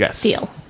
deal